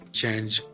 change